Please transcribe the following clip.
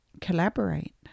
collaborate